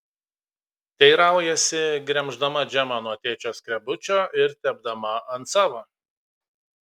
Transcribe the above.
teiraujasi gremždama džemą nuo tėčio skrebučio ir tepdama ant savo